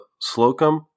Slocum